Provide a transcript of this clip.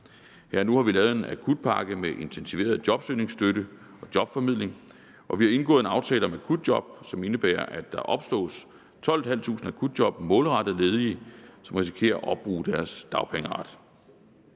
Nu har vi lavet en akutpakke med intensiveret jobsøgningsstøtte og jobformidling, og vi har indgået en aftale om akutjob, som indebærer, at der opslås 12.500 akutjob målrettet ledige, som risikerer at opbruge deres dagpengeret.